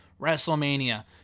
WrestleMania